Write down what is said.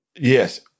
Yes